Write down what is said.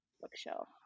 bookshelf